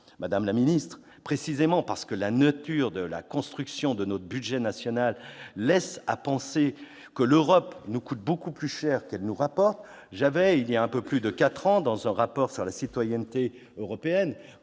Madame la ministre, précisément parce que la nature de la construction de notre budget national laisse à penser que l'Europe nous coûte beaucoup plus cher qu'elle nous rapporte, j'avais il y a quatre ans, dans un rapport sur la citoyenneté européenne